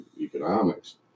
economics